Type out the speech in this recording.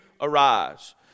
arise